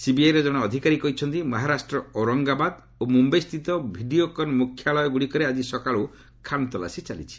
ସିବିଆଇର ଜଣେ ଅଧିକାରୀ କହିଛନ୍ତି ମହାରାଷ୍ଟ୍ରର ଔରଙ୍ଗାବାଦ ଓ ମୁମ୍ୟଇସ୍ଥିତ ଭିଡ଼ିଓକନ ମୁଖ୍ୟାଳୟ ଗୁଡ଼ିକରେ ଆକ୍ଟି ସକାଳୁ ଖନତଲାସୀ ଚାଲିଛି